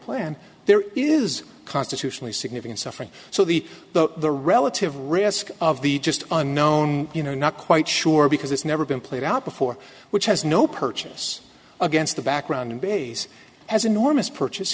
there is constitutionally significant suffering so the the the relative risk of the just unknown you know not quite sure because it's never been played out before which has no purchase against the background base has enormous purchase